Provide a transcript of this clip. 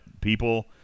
people